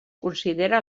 considera